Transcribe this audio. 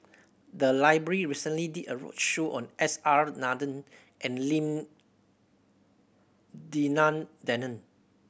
the library recently did a roadshow on S R Nathan and Lim Denan Denon